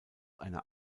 einer